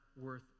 worth